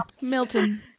Milton